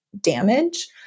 damage